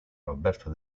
roberto